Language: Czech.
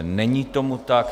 Není tomu tak.